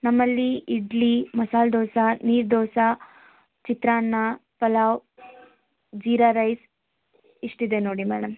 ನಮ್ಮಲ್ಲಿ ಇಡ್ಲಿ ಮಸಾಲೆ ದೋಸೆ ನೀರು ದೋಸೆ ಚಿತ್ರಾನ್ನ ಪಲಾವ್ ಜೀರಾ ರೈಸ್ ಇಷ್ಟಿದೆ ನೋಡಿ ಮೇಡಮ್